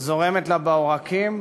זורמת לה בעורקים.